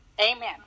Amen